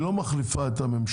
היא לא מחליפה את הממשלה,